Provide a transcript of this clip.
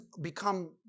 become